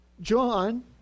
John